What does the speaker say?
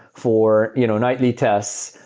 for you know nightly tests,